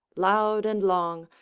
loud and long,